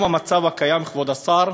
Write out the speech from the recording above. המצב הקיים היום, כבוד השר,